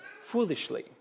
foolishly